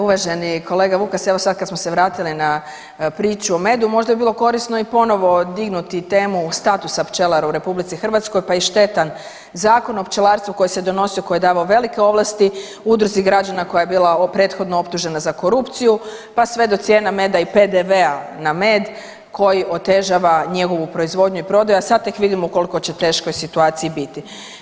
Uvaženi kolega Vukas evo sad kad smo se vratili na priču o medu možda bi bilo korisno i ponovo dignuti temu statusa pčelara u RH pa štetan Zakon o pčelarstvu koji se donosio, koji je davao velike ovlasti udruzi građana koja je bila prethodno optužena za korupciju pa sve do cijena meda i PDV-a na med koji otežava njegovu proizvodnju i prodaju, a sad tek vidimo u koliko će teškoj situaciji biti.